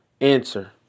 answer